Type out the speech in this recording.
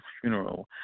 funeral